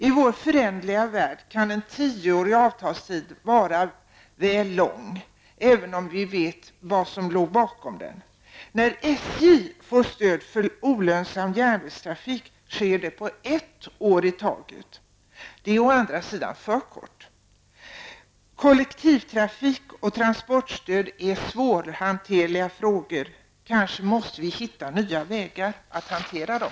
I vår föränderliga värld kan en tioårig avtalstid vara väl lång, även om vi vet vad som låg bakom detta. När SJ får stöd för olönsam järnvägstrafik sker det för ett år i taget. Det är å andra sidan för kort tid. Kollektivtrafik och transportstöd är svårhanterliga frågor. Kanske måste vi finna nya vägar att hantera dem.